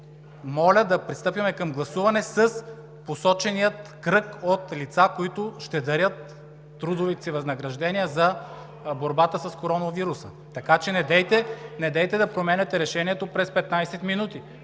Моля да пристъпим към гласуване с посочения кръг от лица, които ще дарят трудовите си възнаграждения за борбата с коронавируса. Така че недейте да променяте решението през 15 минути.